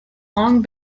long